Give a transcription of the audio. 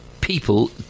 people